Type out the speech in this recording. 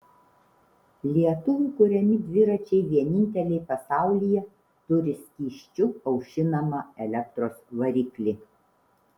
lietuvių kuriami dviračiai vieninteliai pasaulyje turi skysčiu aušinamą elektros variklį